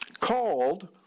Called